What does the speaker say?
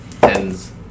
Tens